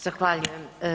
Zahvaljujem.